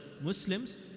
Muslims